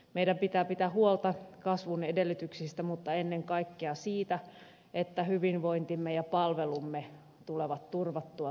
meidän pitää pitää huolta kasvun edellytyksistä mutta ennen kaikkea siitä että hyvinvointimme ja palvelumme tulevat turvatuiksi tulevaisuudessa